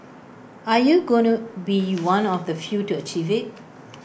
are you gonna be one of the few to achieve IT